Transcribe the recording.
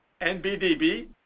NBDB